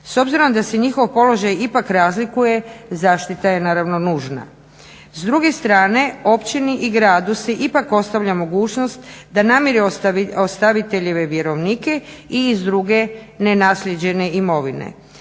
S obzirom da se njihov položaj ipak razlikuje zaštita je naravno nužna. S druge strane općini i gradu se ipak ostavlja mogućnost da namire ostaviteljeve vjerovnike i iz druge nenaslijeđene imovine.